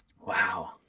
Wow